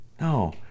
No